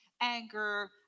anger